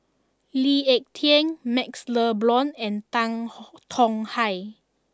Lee Ek Tieng Maxle Blond and Tan Tong Hye